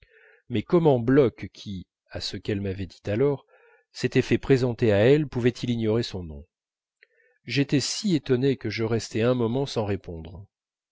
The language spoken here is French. mais comment bloch qui à ce qu'elle m'avait dit alors s'était fait présenter à elle pouvait-il ignorer son nom j'étais si étonné que je restai un moment sans répondre